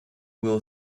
will